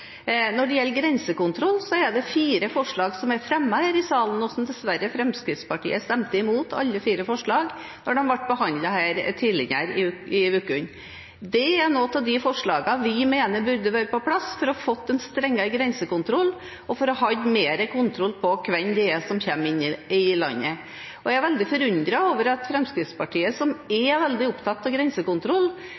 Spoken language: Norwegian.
Når det gjelder grensekontroll, er det fire forslag som er fremmet her i salen, og som dessverre Fremskrittspartiet stemte imot – alle fire forslagene – da de ble behandlet her tidligere i uken. Det er noen av forslagene vi mener burde vært på plass for å få en strengere grensekontroll, og for å ha mer kontroll på hvem det er som kommer inn i landet. Jeg er veldig forundret over at Fremskrittspartiet som er